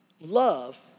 love